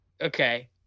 Okay